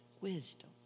Wisdom